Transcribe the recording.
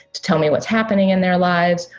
to tell me what's happening in their lives,